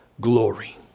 glory